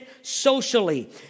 Socially